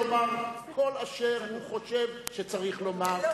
לומר כל אשר הוא חושב שצריך לומר,